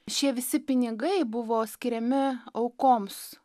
šie visi pinigai buvo skiriami aukoms